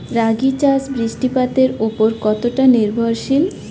রাগী চাষ বৃষ্টিপাতের ওপর কতটা নির্ভরশীল?